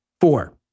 four